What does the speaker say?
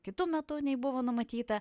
kitu metu nei buvo numatyta